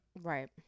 Right